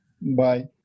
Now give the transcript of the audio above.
Bye